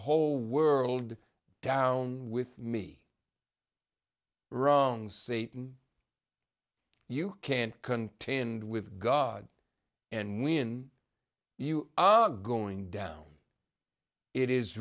whole world down with me wrong satan you can't contain and with god and when you are going down it is